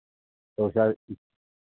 दो चार